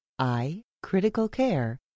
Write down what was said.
icriticalcare